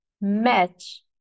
match